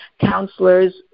counselors